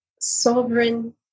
sovereign